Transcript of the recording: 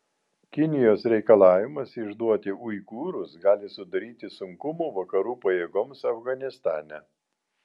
kinijos reikalavimas išduoti uigūrus gali sudaryti sunkumų vakarų pajėgoms afganistane